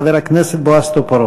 חבר הכנסת בועז טופורובסקי.